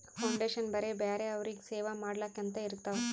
foundation ಬರೇ ಬ್ಯಾರೆ ಅವ್ರಿಗ್ ಸೇವಾ ಮಾಡ್ಲಾಕೆ ಅಂತೆ ಇರ್ತಾವ್